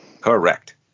Correct